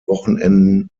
wochenenden